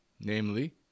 namely